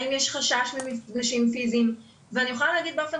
האם יש חשש ממפגשים פיזיים ואני יכולה להגיד באופן